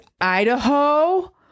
Idaho